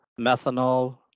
methanol